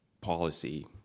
policy